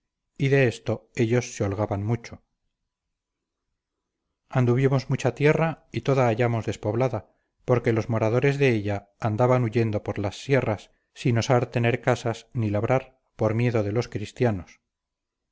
y de esto ellos se holgaban mucho anduvimos mucha tierra y toda hallamos despoblada porque los moradores de ella andaban huyendo por las sierras sin osar tener casas ni labrar por miedo de los cristianos